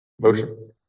Motion